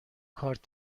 کارت